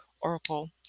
oracle